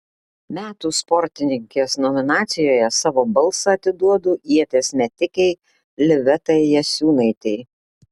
metų sportininkės nominacijoje savo balsą atiduodu ieties metikei livetai jasiūnaitei